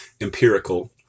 empirical